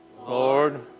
Lord